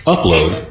Upload